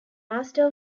master